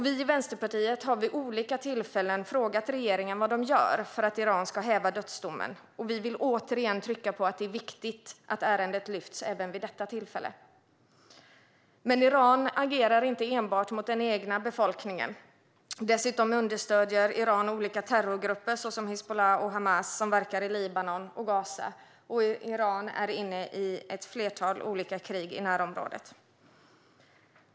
Vi i Vänsterpartiet har vid olika tillfällen frågat regeringen vad man gör för att Iran ska häva dödsdomen, och vi vill återigen trycka på att det är viktigt att ärendet lyfts även vid detta tillfälle. Men Iran agerar inte enbart mot den egna befolkningen utan understöder även olika terrorgrupper, såsom Hizbullah och Hamas, som verkar i Libanon och Gaza. Iran deltar också i ett flertal olika krig i närområdet.